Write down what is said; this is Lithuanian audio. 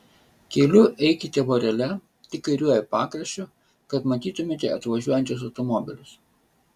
keliu eikite vorele tik kairiuoju pakraščiu kad matytumėte atvažiuojančius automobilius